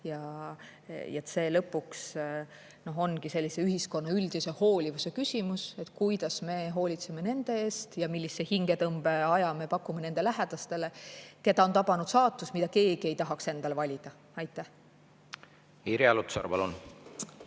Ja see lõpuks ongi ühiskonna üldise hoolivuse küsimus, et kuidas me hoolitseme nende eest ja millise hingetõmbeaja me pakume nende lähedastele, keda on tabanud saatus, mida keegi ei tahaks endale valida. Aitäh! Tõepoolest, üle